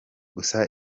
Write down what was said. gusa